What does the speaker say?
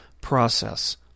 process